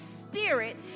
Spirit